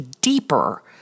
deeper